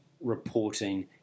reporting